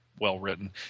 well-written